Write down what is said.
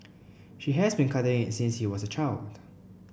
she has been cutting it since was child